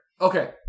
Okay